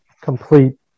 complete